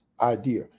idea